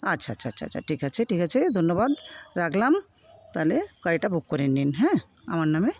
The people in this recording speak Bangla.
আচ্ছা আচ্ছা আচ্ছা ঠিক আছে ঠিক আছে ধন্যবাদ রাখলাম তাহলে গাড়িটা বুক করে নিন হ্যাঁ আমার নামে